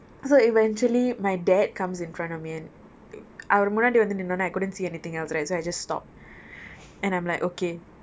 so eventually my dad comes in front of me and அவரு முன்னாடி வந்து நின்னோனே:avaru munnadi vanthu ninnonai I couldn't see anything else right so I just stop and I'm like okay